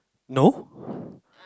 no